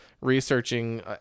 researching